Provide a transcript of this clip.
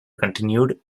continued